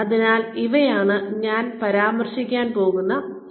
അതിനാൽ ഇവയാണ് ഞാൻ പരാമർശിക്കാൻ പോകുന്ന സോഴ്സുകൾ